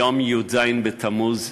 היום, י"ז בתמוז,